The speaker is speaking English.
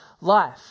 life